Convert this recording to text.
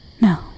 No